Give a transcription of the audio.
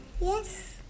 Yes